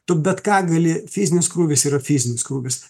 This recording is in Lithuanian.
tu bet ką gali fizinis krūvis yra fizinis krūvis